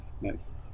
nice